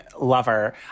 lover